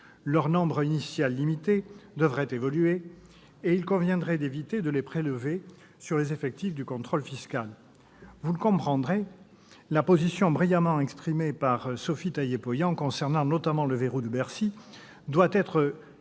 Leur nombre initial limité devrait évoluer et il conviendrait d'éviter de les prélever sur les effectifs du contrôle fiscal. Vous le comprendrez, la position brillamment exprimée par Sophie Taillé-Polian concernant, notamment, « le verrou de Bercy » doit être